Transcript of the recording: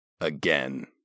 Again